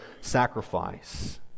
sacrifice